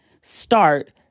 start